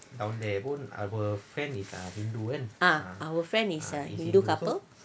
ah our friend is a hindu couple